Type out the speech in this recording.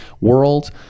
world